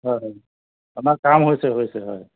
হয় আমাৰ কাম হৈছে হৈছে হয়